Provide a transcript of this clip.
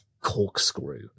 corkscrew